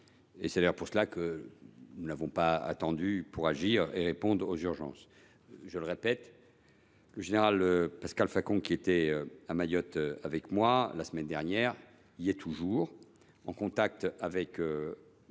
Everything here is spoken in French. bien pour cela que nous n’avons pas attendu pour agir et répondre aux urgences. Le général Pascal Facon, qui était à Mayotte avec moi la semaine dernière, y est demeuré et poursuit ses